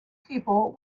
people